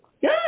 Good